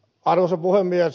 arvoisa puhemies